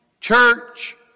church